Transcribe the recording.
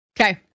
Okay